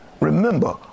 Remember